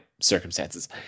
circumstances